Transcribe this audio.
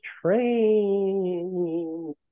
train